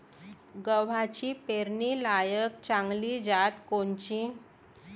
गव्हाची पेरनीलायक चांगली जात कोनची?